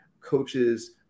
coaches